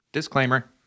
Disclaimer